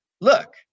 Look